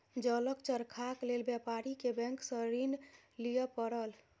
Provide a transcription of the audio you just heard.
जलक चरखाक लेल व्यापारी के बैंक सॅ ऋण लिअ पड़ल